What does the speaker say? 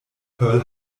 pearl